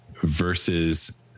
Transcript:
versus